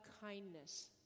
kindness